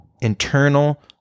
internal